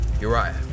Uriah